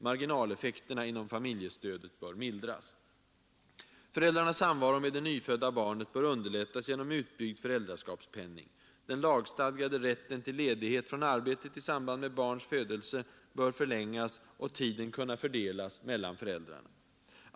Marginaleffekterna inom familjestödet bör mildras.” ”Föräldrarnas samvaro med det nyfödda barnet bör underlättas genom utbyggd föräldraskapspenning. Den lagstadgade rätten till ledighet från arbetet i samband med barns födelse bör förlängas och tiden kunna fördelas mellan föräldrarna.